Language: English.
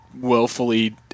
willfully